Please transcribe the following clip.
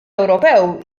ewropew